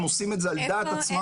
הם עושים את זה על דעת עצמם.